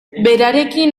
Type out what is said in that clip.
berarekin